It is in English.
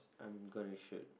I'm gonna shoot